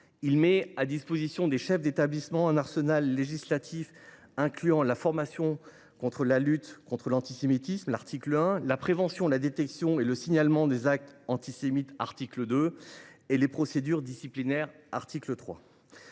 à mettre à disposition des chefs d’établissement un arsenal législatif comprenant la formation à la lutte contre l’antisémitisme – article 1 –, la prévention, la détection et le signalement des actes antisémites – article 2 – et les procédures disciplinaires – article 3.